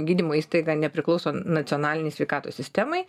gydymo įstaiga nepriklauso nacionalinei sveikatos sistemai